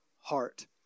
heart